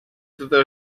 totes